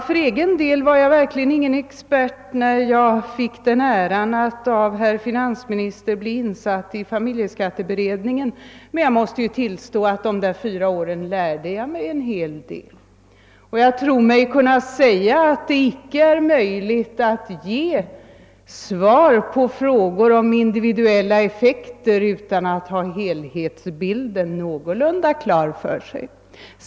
För egen del var jag verkligen ingen expert när jag fick äran av herr finansministern att bli insatt i familjeskatteberedningen, men jag måste tillstå att under de fyra åren där lärde jag mig en hel del. Jag tror mig kunna säga att det icke är möjligt att ge svar på frågor om individuella effekter utan att ha helhetsbilden någorlunda klar för sig.